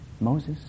Moses